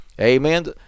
Amen